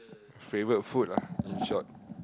favourite food ah in short